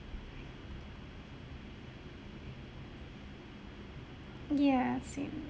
ya same